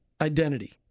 identity